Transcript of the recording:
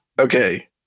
Okay